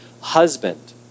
husband